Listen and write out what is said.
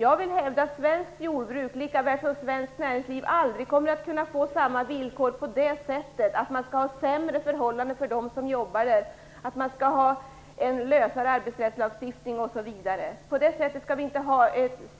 Jag vill hävda att svenskt jordbruk likaväl som svenskt näringsliv aldrig kommer att kunna få samma villkor i fråga om att det skall vara sämre förhållanden för dem som jobbar, att det skall vara en lösare arbetsrättslagstiftning osv. På det sättet skall vi inte ha